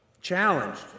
challenged